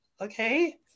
okay